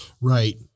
Right